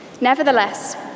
Nevertheless